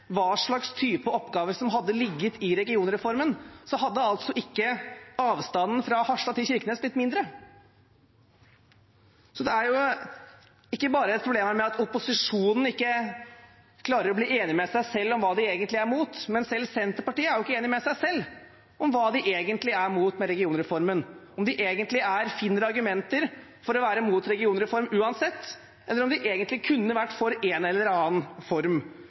hva slags type oppgaver som hadde ligget i regionreformen, hadde ikke avstanden fra Harstad til Kirkenes blitt mindre. Så det er jo ikke bare et problem her at opposisjonen ikke klarer å bli enig med seg selv om hva de er imot, men selv Senterpartiet er ikke enig med seg selv om hva de egentlig er imot med regionreformen, om de finner argumenter for å være imot regionreform uansett, eller om de kunne vært for en eller annen form